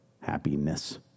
happiness